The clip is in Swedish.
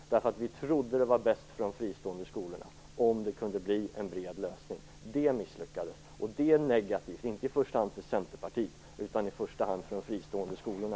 Vi trodde att det var bäst för de fristående skolorna om det kunde bli en bred lösning. Det misslyckades. Det är negativt inte i första hand för Centerpartiet utan i första hand för de fristående skolorna.